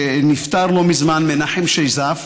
שנפטר לא מזמן, מנחם שיזף,